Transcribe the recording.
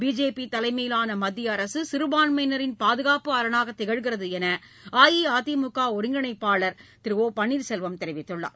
BJP தலைமையிலான மத்திய அரசு சிறுபான்மையினரின் பாதுகாப்பு அரணாக திகழ்கிறது என அஇஅதிமுக ஒருங்கிணைப்பாளர் திரு ஒ பன்னீர்செல்வம் தெரிவித்துள்ளார்